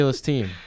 team